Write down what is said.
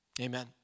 Amen